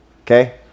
Okay